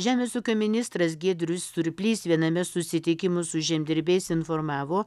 žemės ūkio ministras giedrius surplys viename susitikimų su žemdirbiais informavo